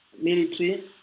military